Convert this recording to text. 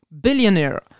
Billionaire